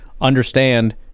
understand